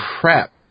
crap